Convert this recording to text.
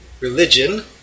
religion